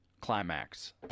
climax